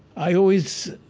i always,